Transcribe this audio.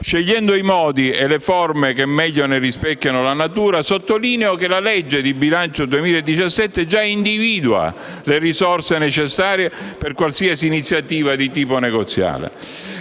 scegliendo i modi e le forme che meglio ne rispecchino la natura, sottolineo che il disegno di legge di bilancio 2017 già individua le risorse necessarie per qualsiasi iniziativa di tipo negoziale.